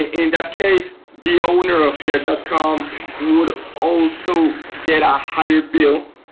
ah in that case, the owner of jeff dot com would also get a higher bill,